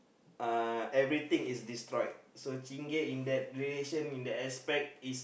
uh everything is destroyed so Chingay in that relation in that aspect is